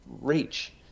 reach